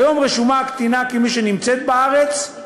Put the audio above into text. כיום רשומה הקטינה כמי שנמצאת בארץ.